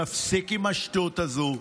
תפסיק עם השטות הזו,